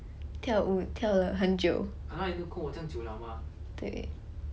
跳舞跳了很久对